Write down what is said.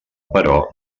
però